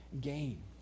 gain